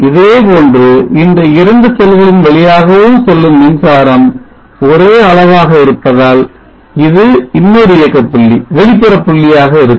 இதேபோன்று இந்த இரண்டு செல்களின் வழியாகவும் செல்லும் மின்சாரம் ஒரே அளவாக இருப்பதால் இது இன்னொரு இயக்கப்புள்ளி வெளிப்புற புள்ளியாக இருக்கும்